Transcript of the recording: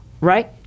right